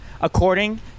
according